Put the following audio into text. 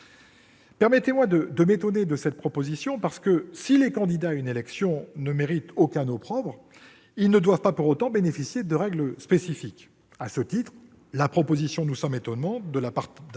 Permettez-moi de m'étonner de cette proposition. En effet, si les candidats à une élection ne méritent aucun opprobre, ils ne doivent pas pour autant bénéficier de règles spécifiques. À ce titre, la proposition nous surprend de la part d'un